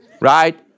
right